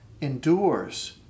endures